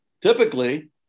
Typically